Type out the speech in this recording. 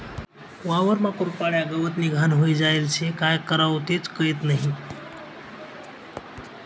वावरमा कुरपाड्या, गवतनी घाण व्हयी जायेल शे, काय करवो तेच कयत नही?